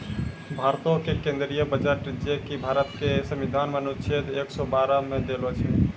भारतो के केंद्रीय बजट जे कि भारत के संविधान मे अनुच्छेद एक सौ बारह मे देलो छै